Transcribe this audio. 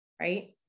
Right